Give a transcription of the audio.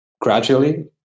gradually